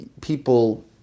people